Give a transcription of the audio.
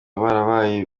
barabaye